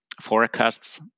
forecasts